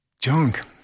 junk